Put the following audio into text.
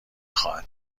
خواهد